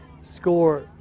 Score